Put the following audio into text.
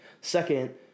Second